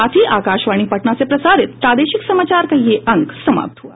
इसके साथ ही आकाशवाणी पटना से प्रसारित प्रादेशिक समाचार का ये अंक समाप्त हुआ